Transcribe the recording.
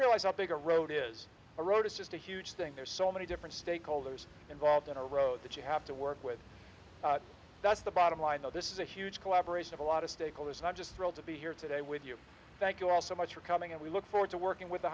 realize how big a road is a road is just a huge thing there's so many different stakeholders involved in a row that you have to work with that's the bottom line though this is a huge collaboration of a lot of stakeholders and i'm just thrilled to be here today with you thank you all so much for coming and we look forward to working with